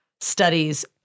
studies